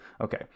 okay